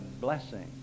blessing